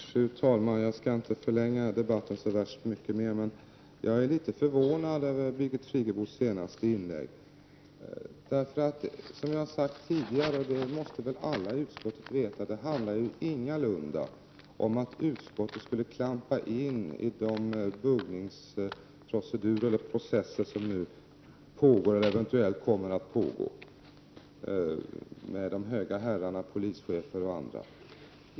Fru talman! Jag skall inte förlänga debatten så mycket, men jag är litet förvånad över Birgit Friggebos senaste inlägg. Som vi har sagt tidigare, och det måste väl alla i utskottet veta, handlar det ju ingalunda om att utskottet skulle klampa in i de buggningsprocesser som nu pågår eller eventuellt kommer att pågå med de höga herrarna — polischefer och andra.